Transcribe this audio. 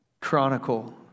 chronicle